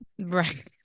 Right